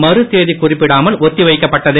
மறுதேதி குறிப்பிடாமல் ஒத்தி வைக்கப்பட்டது